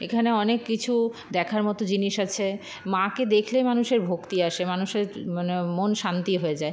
এখানে অনেক কিছু দেখার মতো জিনিস আছে মাকে দেখলেই মানুষের ভক্তি আসে মানুষের মানে মন শান্তি হয়ে যায়